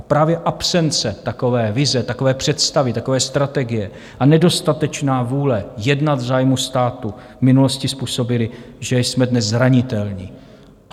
Právě absence takové vize, takové představy, takové strategie a nedostatečná vůle jednat v zájmu státu v minulosti způsobily, že jsme dnes zranitelní.